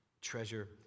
treasure